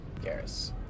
Garrus